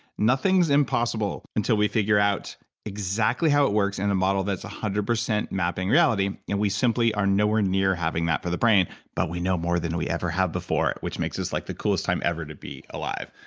nothing is impossible until we figure out exactly how it works in a model that's one hundred percent mapping reality, and we simply are nowhere near having that for the brain, but we know more than we ever have before which makes this like the coolest time ever to be alive.